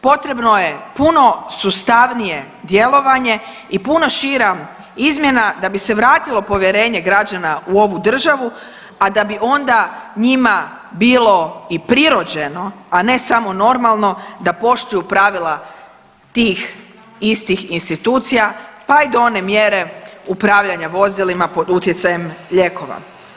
Potrebno je puno sustavnije djelovanje i puno šira izmjena da bi se vratilo povjerenje gađana u ovu državu, a da bi onda njima bilo i prirođeno, a ne samo normalno da poštuju pravila tih istih institucija pa i do one mjere upravljanja vozilima pod utjecajem lijekova.